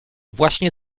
właśnie